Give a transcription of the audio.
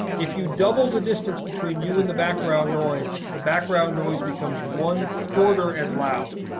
if you double the distance between you and the background noise, the background noise becomes one quarter as loud.